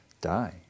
die